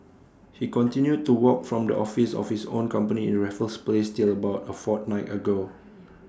he continued to work from the office of his own company in Raffles place till about A fortnight ago